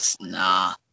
Nah